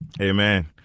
Amen